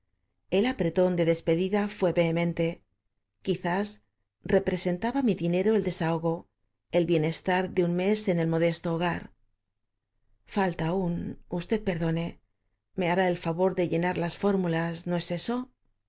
el apretón de despedida fué vehem e n t e quizás representaba mi dinero el d e s a h o g o el bienestar de un m e s en el m o d e s t o hogar falta a ú n u s t e d p e r d o n e me hará el favor de llenar las fórmulas no es e